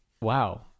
wow